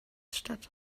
statt